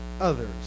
others